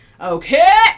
Okay